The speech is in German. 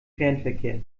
fernverkehr